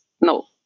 no